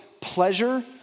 pleasure